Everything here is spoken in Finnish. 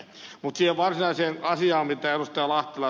mutta siihen varsinaiseen asiaan mitä ed